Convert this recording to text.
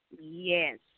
Yes